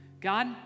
God